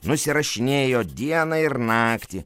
nusirašinėjo dieną ir naktį